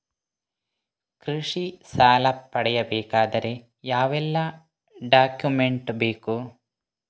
ಕೃಷಿ ಸಾಲ ಪಡೆಯಬೇಕಾದರೆ ಯಾವೆಲ್ಲ ಡಾಕ್ಯುಮೆಂಟ್ ಬೇಕು?